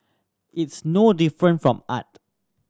it's no different from art